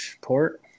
Port